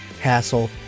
hassle